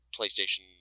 PlayStation